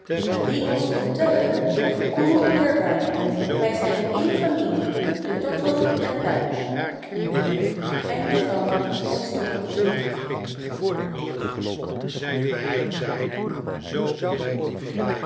en wie ons komt tellen doe koere daarbij we zijn één familie de tortel en wij